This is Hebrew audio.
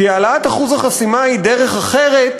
כי העלאת אחוז החסימה היא דרך אחרת